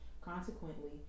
Consequently